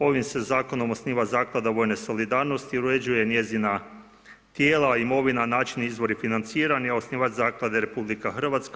Ovim se zakonom osniva zaklada vojne solidarnosti i uređuje njezina tijela, imovina, način i izvori financiranja, osnivač zaklade je RH.